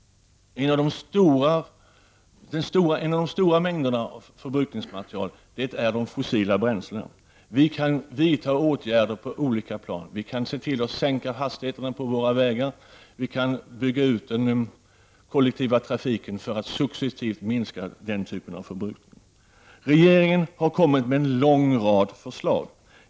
En av de stora mängderna förbrukningsmaterial är de fossila bränslena. Vi kan vidta åtgärder på olika plan. Vi kan sänka hastigheten på våra vägar, och vi kan bygga ut den kollektiva trafiken för att successivt minska den typen av förbrukning. Regeringen har kommit med en lång rad förslag.